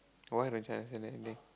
why